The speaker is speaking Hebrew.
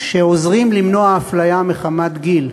שעוזרים למנוע אפליה מחמת גיל.